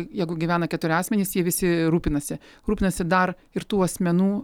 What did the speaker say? jeigu gyvena keturi asmenys jie visi rūpinasi rūpinasi dar ir tų asmenų